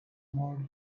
more